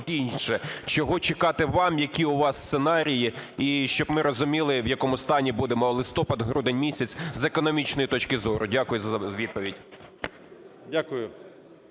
Чого чекати нам, які у вас сценарії? І щоб ми розуміли, в якому стані будемо листопад-грудень місяць з економічної точки зору. Дякую за відповідь.